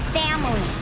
family